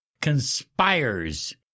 conspires